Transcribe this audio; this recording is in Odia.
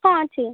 ହଁ ଅଛି